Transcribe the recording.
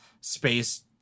space